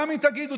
גם אם תגידו,